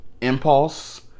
Impulse